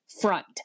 front